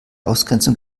ausgrenzung